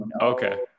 Okay